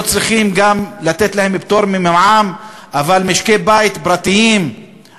לא צריך לתת להם גם פטור ממע"מ.